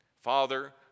Father